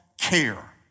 care